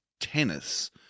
Tennis